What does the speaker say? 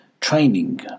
training